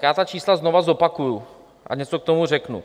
Já ta čísla znova zopakuji a něco k tomu řeknu.